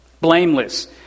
blameless